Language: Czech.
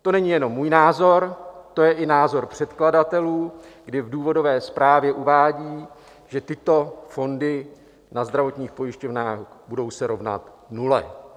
To není jenom můj názor, to je i názor předkladatelů, kdy v důvodové zprávě uvádějí, že tyto fondy na zdravotních pojišťovnách se budou rovnat nule.